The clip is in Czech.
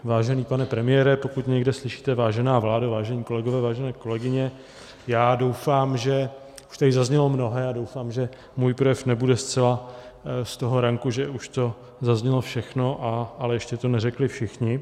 Vážený pane premiére, pokud mě někde slyšíte, vážená vládo, vážení kolegové, vážené kolegyně, já doufám, že už tady zaznělo mnohé, a doufám, že můj projev nebude zcela z toho ranku, že už to zaznělo všechno, ale ještě to neřekli všichni.